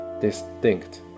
distinct